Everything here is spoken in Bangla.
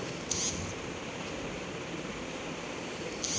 ভূট্টার উচ্চফলনশীল বীজ কোনটি?